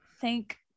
Thank